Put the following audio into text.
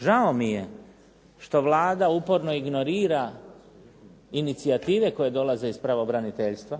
Žao mi je što Vlada uporno ignorira inicijative koje dolaze iz pravobraniteljstva.